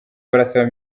barasaba